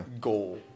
goal